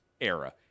era